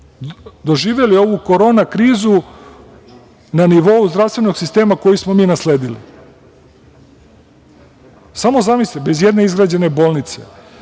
doživeli ovu korona krizu na nivou zdravstvenog sistema koji smo nasledili, bez jedne izgrađene bolnice,